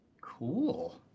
Cool